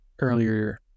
earlier